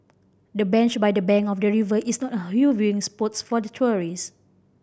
the bench by the bank of the river is a hot viewing spots for tourist